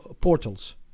portals